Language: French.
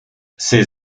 ses